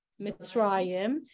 Mitzrayim